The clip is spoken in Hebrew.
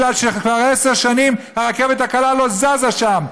כבר עשר שנים הרכבת הקלה לא זזה שם,